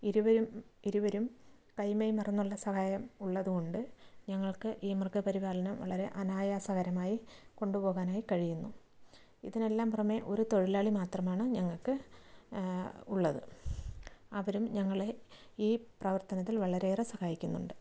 ഇരുവരും ഇരുവരും കൈ മെയ് മറന്നുള്ള സഹായം ഉള്ളതുകൊണ്ട് ഞങ്ങൾക്ക് ഈ മൃഗപരിപാലം വളരെ അനായാസകരമായി കൊണ്ടുപോകാനായി കഴിയുന്നു ഇതിനെല്ലാം പുറമേ ഒരു തൊഴിലാളി മാത്രമാണ് ഞങ്ങൾക്ക് ഉള്ളത് അവരും ഞങ്ങളെ ഈ പ്രവർത്തനത്തിൽ വളരെയേറെ സഹായിക്കുന്നുണ്ട്